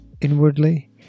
Inwardly